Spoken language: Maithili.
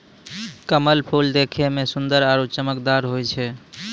कमल फूल देखै मे सुन्दर आरु चमकदार होय छै